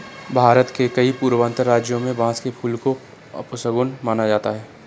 भारत के कई पूर्वोत्तर राज्यों में बांस के फूल को अपशगुन माना जाता है